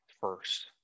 first